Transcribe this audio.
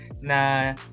Na